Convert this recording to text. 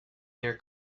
near